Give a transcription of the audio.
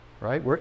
right